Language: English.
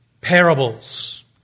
Parables